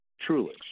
Truly